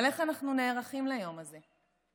אבל איך אנחנו נערכים ליום הזה?